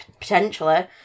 Potentially